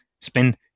spend